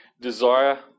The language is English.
desire